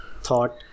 thought